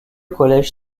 collège